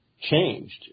changed